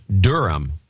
Durham